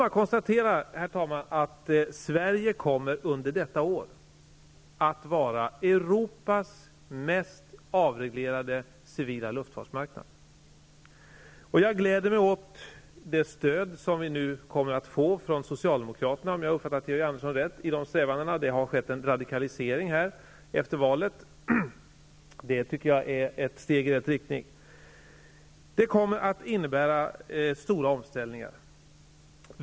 Vi kan konstatera att Sverige kommer under detta år att vara Europas mest avreglerade civila luftfartsmarknad. Jag gläder mig åt det stöd som vi kommer att få från socialdemokraterna -- om jag har uppfattat Georg Andersson rätt -- i de strävandena. Det har skett en radikalisering efter valet. Jag tycker att det är ett steg i rätt riktning. Det här kommer att innebära stora omställningar.